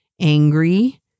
angry